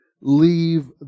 leave